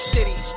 City